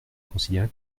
considérer